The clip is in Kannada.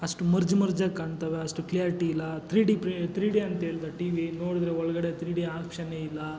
ಅಷ್ಟು ಮರ್ಜ್ ಮರ್ಜಾಗಿ ಕಾಣ್ತವೆ ಅಷ್ಟು ಕ್ಲಿಯರಿಟಿ ಇಲ್ಲ ತ್ರೀ ಡಿ ಪ್ರಿ ತ್ರೀ ಡಿ ಅಂಥೇಳ್ದ ಟಿವಿ ನೋಡಿದ್ರೆ ಒಳ್ಗಡೆ ತ್ರೀ ಡಿ ಆಪ್ಷನ್ನೇ ಇಲ್ಲ